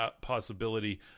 possibility